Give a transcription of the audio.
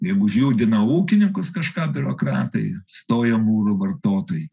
jeigu užjudina ūkininkus kažką biurokratai stojo mūru vartotojai